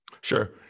Sure